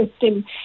system